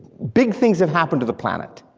big things have happened to the planet,